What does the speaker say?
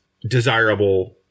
desirable